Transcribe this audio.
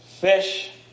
fish